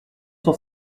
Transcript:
s’en